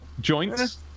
joints